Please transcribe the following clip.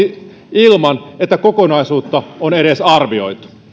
ilman että kokonaisuutta on edes arvioitu